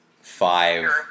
five